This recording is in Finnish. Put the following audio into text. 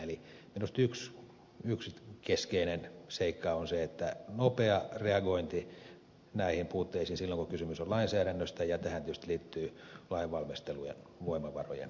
eli minusta yksi keskeinen seikka on nopea reagointi näihin puutteisiin silloin kun kysymys on lainsäädännöstä ja tähän tietysti liittyy lainvalmistelun voimavarojen turvaaminen